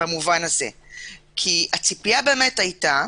כי הציפייה היתה,